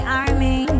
army